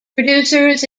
producers